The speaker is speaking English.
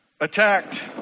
attacked